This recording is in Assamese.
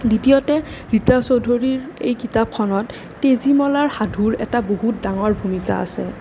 দ্বিতীয়তে ৰীতা চৌধুৰীৰ এই কিতাপখনত তেজীমলাৰ সাধুৰ এটা বহুত ডাঙৰ ভূমিকা আছে